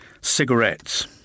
cigarettes